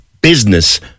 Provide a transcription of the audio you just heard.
business